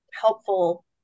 helpful